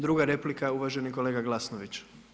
Druga replika uvaženi kolega Glasnović.